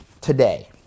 Today